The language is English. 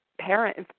parents